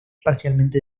parcialmente